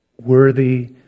worthy